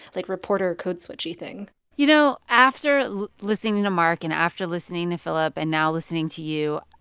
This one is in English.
like, reporter, code switch-y thing you know, after listening to to mark, and after listening to phillip and now listening to you,